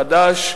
חד"ש,